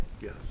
Yes